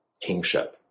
kingship